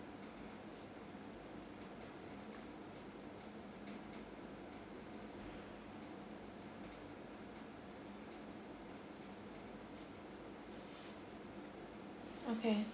okay